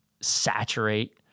saturate